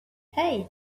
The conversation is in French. hey